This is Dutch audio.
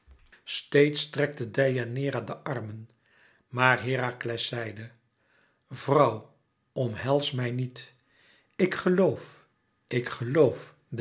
steeds strekte deianeira de armen maar herakles zeide vrouw omhels mij niet ik geloof ik geloof